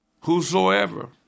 Whosoever